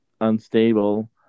unstable